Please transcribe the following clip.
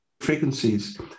frequencies